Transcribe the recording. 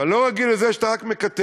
ואני לא רגיל לזה שאתה רק מקטר.